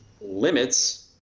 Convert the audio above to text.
limits